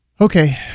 Okay